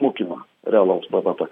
smukimą realaus bvp